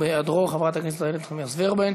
בהיעדרו, חברת הכנסת איילת נחמיאס ורבין,